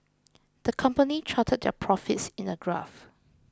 the company charted their profits in a graph